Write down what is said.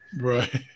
Right